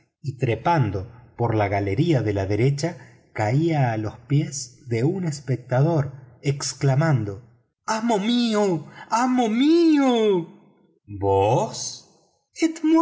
y trepando por la galería de la derecha caía a los pies de un espectador exclamando amo mío amo mío vos